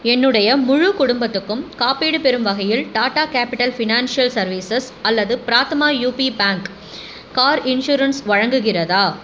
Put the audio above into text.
என்னுடைய முழு குடும்பத்துக்கும் காப்பீடு பெறும் வகையில் டாடா கேபிட்டல் ஃபினான்ஷியல் சர்வீசஸ் அல்லது Prathama UP bank car insurance வழங்குகிறதா